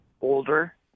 older